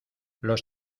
los